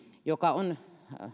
joka on